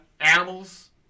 animals